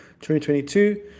2022